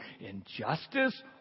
injustice